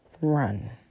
run